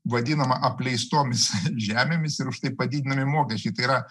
vadinama apleistomis žemėmis ir už tai padidinami mokesčiai tai yra